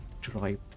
drive